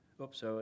Oops